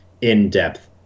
in-depth